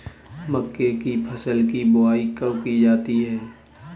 मक्के की फसल की बुआई कब की जाती है?